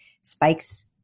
spikes